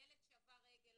ילד שבר רגל?